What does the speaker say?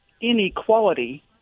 inequality